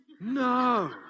No